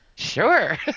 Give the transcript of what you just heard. Sure